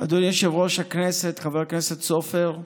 אדוני יושב-ראש הכנסת, חבר הכנסת סופר,